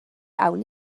awn